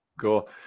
Cool